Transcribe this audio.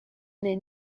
est